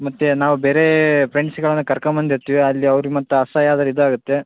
ಮತ್ತೆ ನಾವು ಬೇರೇ ಫ್ರೆಂಡ್ಸುಗಳ್ನ ಕರಕೊಂಬಂದಿರ್ತೀವಿ ಅಲ್ಲಿ ಅವ್ರಿಗೆ ಮತ್ತೆ ಅಸಹ್ಯ್ ಆದ್ರೆ ಇದಾಗುತ್ತೆ